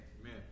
Amen